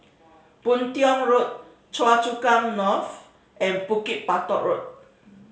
Boon Tiong Road Choa Chu Kang North and Bukit Batok Road